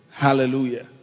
Hallelujah